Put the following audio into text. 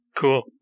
Cool